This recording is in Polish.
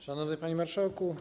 Szanowny Panie Marszałku!